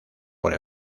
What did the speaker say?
por